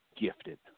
gifted